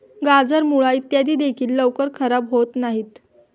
गाजर, मुळा इत्यादी देखील लवकर खराब होत नाहीत